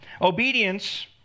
Obedience